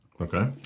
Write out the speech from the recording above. Okay